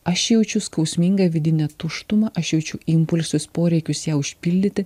aš jaučiu skausmingą vidinę tuštumą aš jaučiu impulsus poreikius ją užpildyti